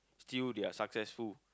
still they're successful